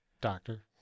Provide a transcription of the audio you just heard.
Doctor